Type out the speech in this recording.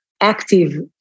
active